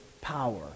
power